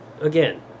again